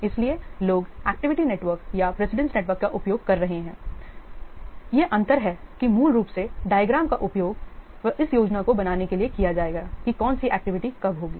इसलिए लोग activity network या प्रेसिडेंस नेटवर्क का उपयोग कर रहे हैं ये अंतर हैं कि मूल रूप से डायग्राम का उपयोग वे इस योजना को बनाने के लिए किया जाएगा कि कौन सी एक्टिविटी कब होगी